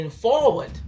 forward